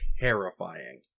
terrifying